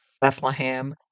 Bethlehem